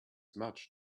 much